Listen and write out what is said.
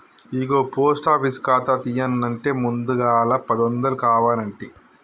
ఇగో post office ఖాతా తీయన్నంటే ముందుగల పదొందలు కావనంటి